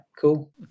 cool